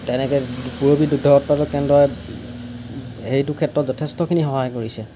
তেনেদৰে পূৰবী দুগ্ধ উৎপাদন কেন্দ্ৰই সেইটো ক্ষেত্ৰত যথেষ্টখিনি সহায় কৰিছে